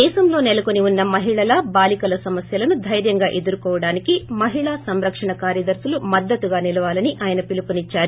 దేశంలో నెలకొని వున్న మహిళల బాలీకల సమస్కలను దైర్వంగా ఎదుర్కోవడానికి మహిళా సంరకణ కార్యదర్పులు మద్దతుగా నిలవాలని ఆయన పిలుపు నిచ్చారు